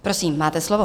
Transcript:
Prosím, máte slovo.